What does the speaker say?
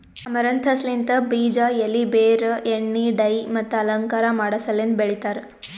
amaranthus ಲಿಂತ್ ಬೀಜ, ಎಲಿ, ಬೇರ್, ಎಣ್ಣಿ, ಡೈ ಮತ್ತ ಅಲಂಕಾರ ಮಾಡಸಲೆಂದ್ ಬೆಳಿತಾರ್